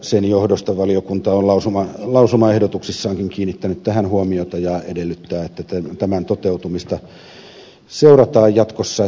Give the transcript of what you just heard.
sen johdosta valiokunta on lausumaehdotuksessaankin kiinnittänyt tähän huomiota ja edellyttää että tämän toteutumista seurataan jatkossa